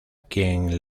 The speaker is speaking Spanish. quien